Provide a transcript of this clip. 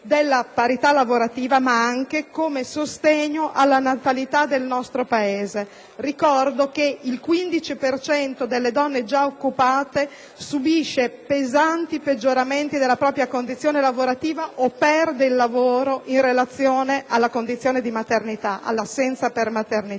della parità lavorativa, ma anche come sostegno alla natalità del nostro Paese. Ricordo che il 15 per cento delle donne già occupate subisce pesanti peggioramenti della propria condizione lavorativa o perde il lavoro a seguito dell'assenza per maternità.